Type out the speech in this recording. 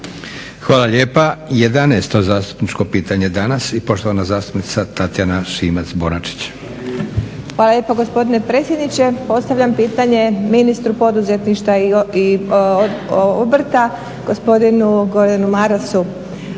Hvala lijepa. 11.zastupničko pitanje danas i poštovana zastupnica Tatjana Šimac-Bonačić. **Šimac Bonačić, Tatjana (SDP)** Hvala lijepa gospodine predsjedniče. Postavljam pitanje ministru poduzetništva i obrta gospodinu Gordanu Marasu.